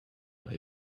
are